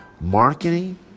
marketing